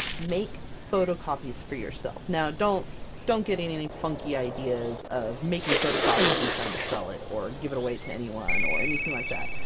make photocopies for yourself! now, don't don't get any any funky ideas of making photocopies and trying to sell it or give it away to anyone or anything like that!